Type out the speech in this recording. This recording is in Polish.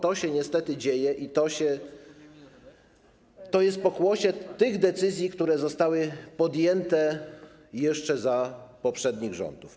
To się niestety dzieje i to jest pokłosie tych decyzji, które zostały podjęte jeszcze za poprzednich rządów.